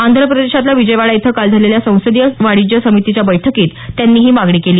आंध्र प्रदेशातल्या विजयवाडा इथं काल झालेल्या संसदीय वाणिज्य समितीच्या बैठकीत त्यांनी ही मागणी केली